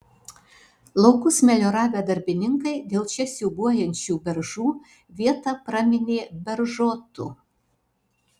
laukus melioravę darbininkai dėl čia siūbuojančių beržų vietą praminė beržotu